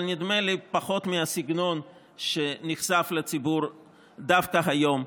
אבל נדמה לי פחות מהסגנון שנחשף לציבור דווקא היום,